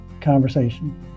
conversation